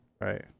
Right